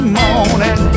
morning